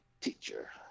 teacher